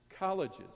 Colleges